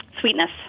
sweetness